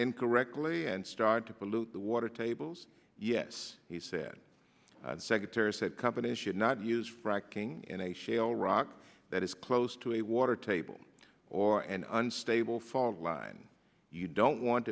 incorrectly and start to pollute the water tables yes he said the secretary said companies should not use fracking in a shale rock that is close to a water table or an unstable fault line you don't want